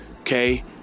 Okay